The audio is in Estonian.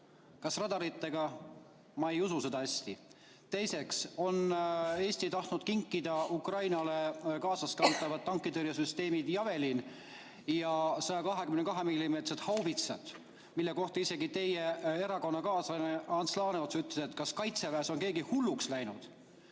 Kas radaritega? Ma ei usu seda hästi. Teiseks on Eesti tahtnud kinkida Ukrainale kaasaskantavad tankitõrjesüsteemid Javelin ja 122‑millimeetrised haubitsad, mille kohta isegi teie erakonnakaaslane Ants Laaneots on öelnud, et kas Kaitseväes on keegi hulluks läinud.